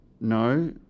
No